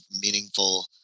meaningful